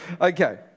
Okay